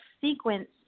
sequence